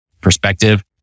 perspective